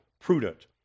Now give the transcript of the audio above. prudent